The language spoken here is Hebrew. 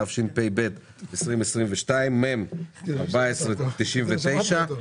התשפ"ב-2022 (מ/1499).